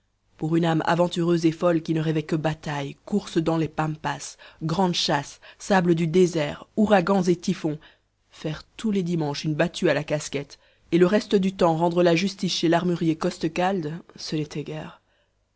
pour une âme aventureuse et folle qui ne rêvait que batailles courses dans les pampas grandes chasses sables du désert ouragans et typhons faire tous les dimanches une battue à la casquette et le reste du temps rendre la justice chez l'armurier costecalde ce n'était guère